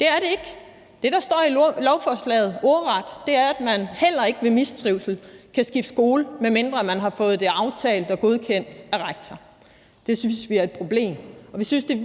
Det er det ikke! Det, der står i lovforslaget ordret, er, at man heller ikke ved mistrivsel kan skifte skole, medmindre man har fået det aftalt med og godkendt af rektor. Det synes vi er et problem, og vi synes, det